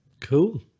Cool